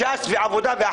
ש"ס ועבודה,